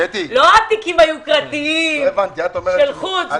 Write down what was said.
לא את התיקים היוקרתיים של חוץ,